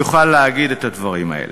יוכל להגיד את הדברים האלה.